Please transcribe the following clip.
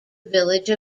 village